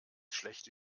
schlechte